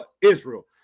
Israel